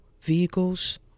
vehicles